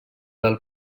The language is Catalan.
del